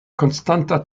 konstanta